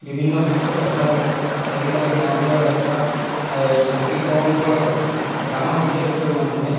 বিভিন্ন ক্ষেত্ৰত দেখা যায় আজিকালি গাঁৱলীয়া ৰাস্তা পকীকৰণ হোৱাৰ পৰা গাঁৱত বিশেষকৈ মানুহে